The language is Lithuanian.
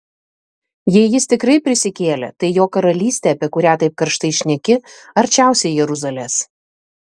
jei jis tikrai prisikėlė tai jo karalystė apie kurią taip karštai šneki arčiausiai jeruzalės